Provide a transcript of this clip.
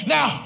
Now